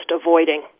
avoiding